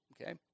okay